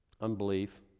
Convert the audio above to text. Unbelief